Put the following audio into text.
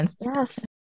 Yes